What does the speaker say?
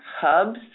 hubs